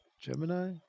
Gemini